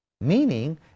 Meaning